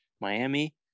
Miami